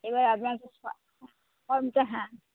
এবার আপনাকে ফর্মটা হ্যাঁ